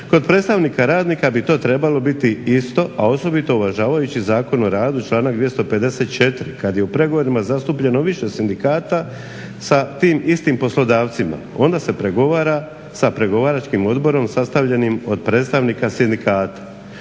Kod predstavnika radnika bi to trebalo biti isto, a osobito uvažavajući Zakon o radu članak 254. kad je u pregovorima zastupljeno više sindikata sa tim istim poslodavcima. Onda se pregovara s pregovaračkim odborom sastavljenim od predstavnika sindikata.